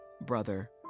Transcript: brother